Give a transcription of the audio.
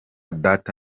data